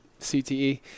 CTE